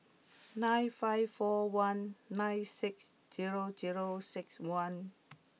nine five four one nine six zero zero six one